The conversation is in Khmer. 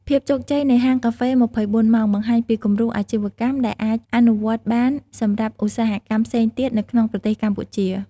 ភាពជោគជ័យនៃហាងកាហ្វេ ២៤ ម៉ោង បង្ហាញពីគំរូអាជីវកម្មដែលអាចអនុវត្តបានសម្រាប់ឧស្សាហកម្មផ្សេងទៀតនៅក្នុងប្រទេសកម្ពុជា។